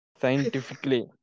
Scientifically